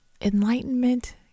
Enlightenment